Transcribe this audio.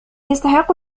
يستحق